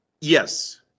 Yes